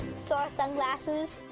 star sunglasses.